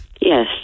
Yes